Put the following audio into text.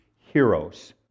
heroes